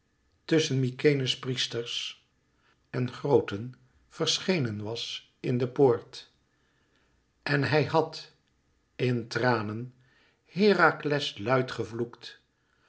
tusschen mykenæ's priesters en grooten verschenen was in de poort en hij had in tranen herakles luid gevloekt